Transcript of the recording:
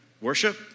worship